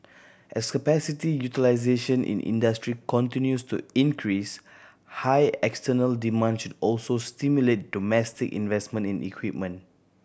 as capacity utilisation in industry continues to increase high external demand should also stimulate domestic investment in equipment